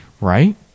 right